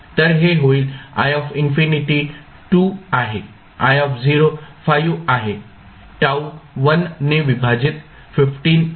तर हे होईल 2 आहे 5 आहे τ 1 ने विभाजित 15 आहे